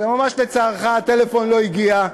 וממש לצערך הטלפון לא הגיע,